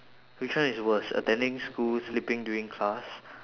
which one is worse attending school sleeping during class